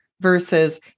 Versus